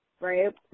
right